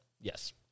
Yes